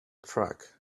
track